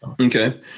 Okay